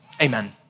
amen